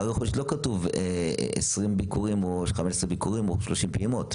ואז בחודשית לא כתוב 20 ביקורים או 15 ביקורים או 30 פעילות.